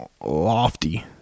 lofty